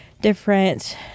different